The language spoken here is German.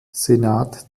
senat